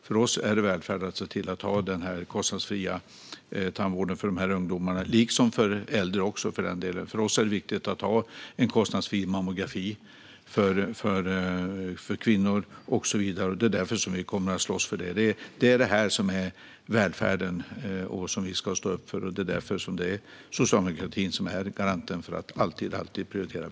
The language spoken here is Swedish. För oss är det välfärd att ha kostnadsfri tandvård för dessa ungdomar, liksom för äldre. För oss är det viktigt med kostnadsfri mammografi för kvinnor och så vidare. Därför kommer vi att slåss för detta. Det är detta som är välfärd och det som vi ska stå upp för. Socialdemokratin är garanten för att välfärden alltid prioriteras.